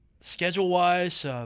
schedule-wise